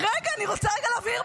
איך אתן לא הופכות את הבית?